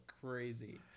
crazy